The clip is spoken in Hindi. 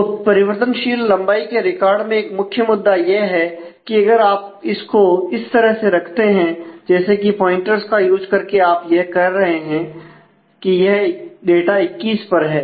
तो परिवर्तनशील लंबाई के रिकॉर्ड में एक मुख्य मुद्दा यह है कि अगर आप इसको इस तरह से रखते हैं जैसे कि प्वाइंटर्स का यूज करके आप यह कह रहे हैं कि यह डाटा 21 पर है